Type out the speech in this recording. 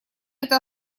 это